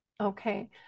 Okay